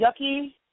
yucky